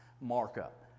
markup